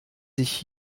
sich